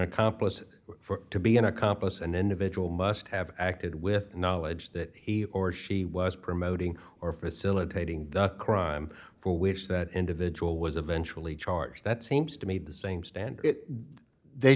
accomplice for to be an accomplice an individual must have acted with knowledge that he or she was promoting or facilitating the crime for which that individual was eventually charge that seems to me the same standard they